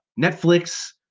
Netflix